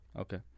Okay